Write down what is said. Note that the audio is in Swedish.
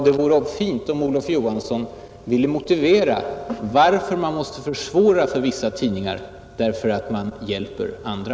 Det vore bra om herr Olof Johansson ville motivera varför man måste försvåra situationen för vissa tidningar därför att man vill hjälpa andra.